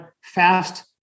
fast